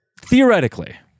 Theoretically